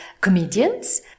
comedians